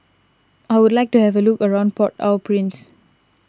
I would like to have a look around Port Au Prince